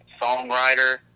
songwriter